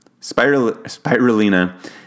Spirulina